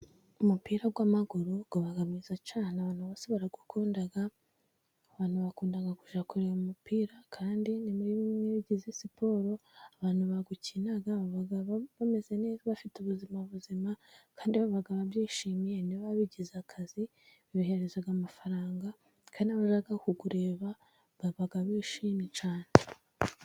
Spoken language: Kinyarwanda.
Umupira w'amaguru uba mwiza cyane. Abantu bose barawukunda, abantu bakunda kujya kureba uyu umupira, kandi ni muri bimwe bigize siporo, abantu bawukina bameze neza bafite ubuzima buzima, kandi baba babyishimiye. Niba babigize akazi bibahereza amafaranga, kandi n'abajya kuwureba baba bishimye cyane.